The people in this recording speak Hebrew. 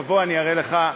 תבוא, אני אראה לך,